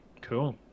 cool